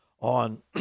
on